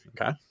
Okay